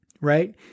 right